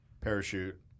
parachute